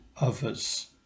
others